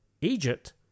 Egypt